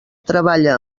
treballa